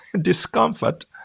discomfort